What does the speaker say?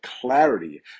clarity